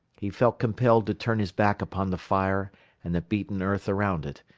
he felt compelled to turn his back upon the fire and the beaten earth around it,